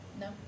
No